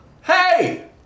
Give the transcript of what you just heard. Hey